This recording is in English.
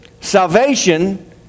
Salvation